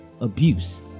abuse